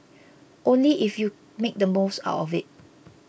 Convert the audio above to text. only if you make the most of it